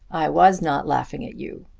i was not laughing at you